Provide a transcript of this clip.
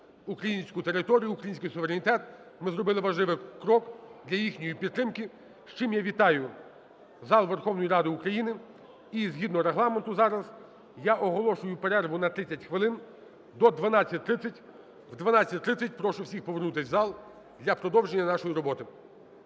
українську територію, український суверенітет, ми зробили важливий крок для їхньої підтримки, з чим я вітаю зал Верховної Ради України. І згідно Регламенту зараз я оголошую перерву на 30 хвилин, до 12:30. В 12:30 прошу всіх повернутись в зал для продовження нашої роботи.